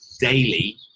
daily